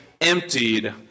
emptied